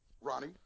Ronnie